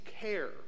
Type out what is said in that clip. care